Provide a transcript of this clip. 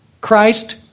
Christ